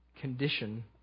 condition